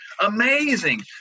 amazing